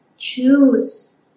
choose